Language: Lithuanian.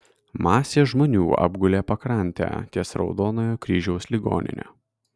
masės žmonių apgulę pakrantę ties raudonojo kryžiaus ligonine